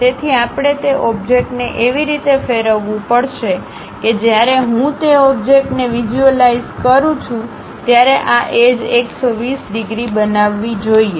તેથી આપણે તે ઓબ્જેક્ટ ને એવી રીતે ફેરવવું પડશે કે જ્યારે હું તે ઓબ્જેક્ટને વિઝ્યુઅલાઈઝ કરું છું ત્યારે આ એજ120 ડિગ્રી બનાવવી જોઈએ